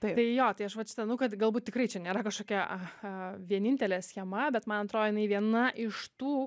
tai jo tai aš vat šitą nu kad galbūt tikrai čia nėra kažkokia aha vienintelė schema bet man atrodo jinai viena iš tų